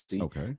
Okay